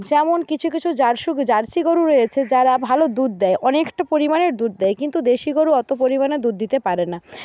যেমন কিছু কিছু জার্সি গরু রয়েছে যারা ভাল দুধ দেয় অনেকটা পরিমাণে দুধ দেয় কিন্তু দেশি গরু অত পরিমাণে দুধ দিতে পারে না